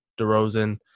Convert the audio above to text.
DeRozan